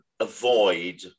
avoid